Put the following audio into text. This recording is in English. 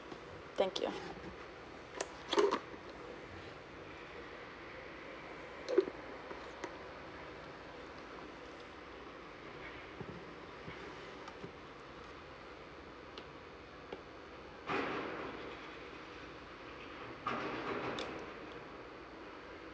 thank you